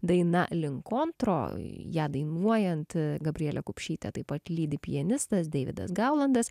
daina linkontro ją dainuojant gabrielę kupšytę taip pat lydi pianistas deividas gaulandas